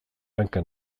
hanka